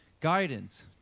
guidance